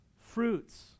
fruits